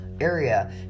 area